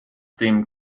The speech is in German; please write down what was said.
dem